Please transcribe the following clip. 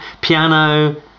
piano